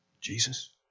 Jesus